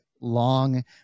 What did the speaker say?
long